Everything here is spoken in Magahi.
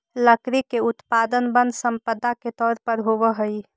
लकड़ी के उत्पादन वन सम्पदा के तौर पर होवऽ हई